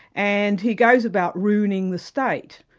and he goes about ruining the state,